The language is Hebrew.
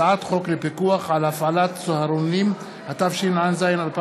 הצעת חוק לפיקוח על הפעלת צהרונים, התשע"ז 2017,